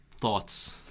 thoughts